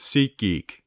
SeatGeek